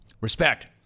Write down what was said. Respect